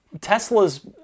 Tesla's